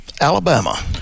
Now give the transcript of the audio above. Alabama